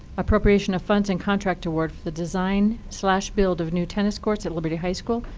appropriation of funds and contract award for the design so build of new tennis courts at liberty high school,